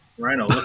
Rhino